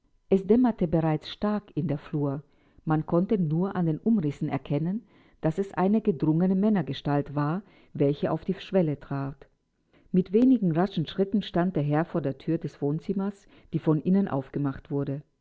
es dämmerte bereits stark in der flur man konnte nur an den umrissen erkennen daß es eine gedrungene männergestalt war welche auf die schwelle trat mit wenigen raschen schritten stand der herr vor der thür des wohnzimmers die von innen aufgemacht wurde